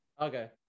okay